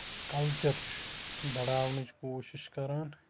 culture چھُ بَڑاونٕچ کوٗشِش کران